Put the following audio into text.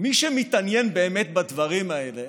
מי שמתעניין באמת בדברים האלה,